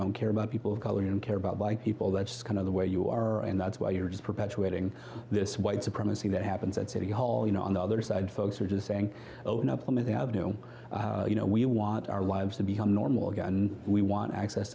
don't care about people of color and care about black people that's kind of the way you are and that's why you're just perpetuating this white supremacy that happens at city hall you know on the other side folks are just saying open up i mean they have no you know we want our lives to become normal again we want access